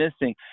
missing